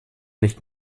nicht